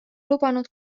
lubanud